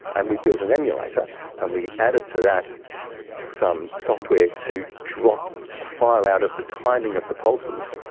and we built an emulator and we added to that some software to drop a file out of the timing of the pulses.